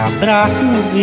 Abraços